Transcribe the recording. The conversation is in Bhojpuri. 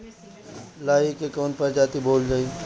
लाही की कवन प्रजाति बोअल जाई?